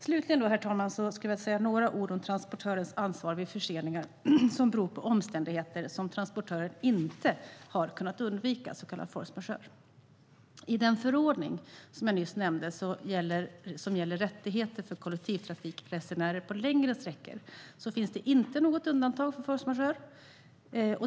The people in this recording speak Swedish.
Slutligen, herr talman, skulle jag vilja säga några ord om transportörens ansvar vid förseningar som beror på omständigheter som transportören inte har kunnat undvika, så kallad force majeure. I den förordning jag nyss nämnde som gäller rättigheter för kollektivtrafikresenärer på längre sträckor finns det inte något undantag för force majeure.